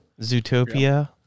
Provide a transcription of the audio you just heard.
Zootopia